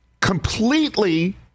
completely